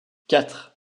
quatre